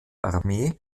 armee